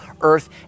Earth